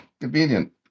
Convenient